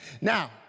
now